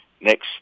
next